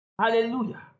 hallelujah